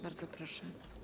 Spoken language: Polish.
Bardzo proszę.